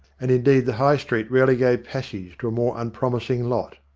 and indeed the high street rarely gave passage to a more unpromis ing lot.